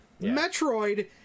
Metroid